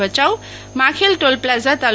Bhachau Makhel toll plaza તા